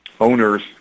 owners